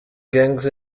gangz